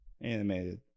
animated